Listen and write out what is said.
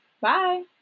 Bye